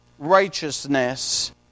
Righteousness